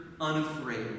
unafraid